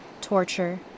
torture